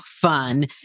fun